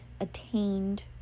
attained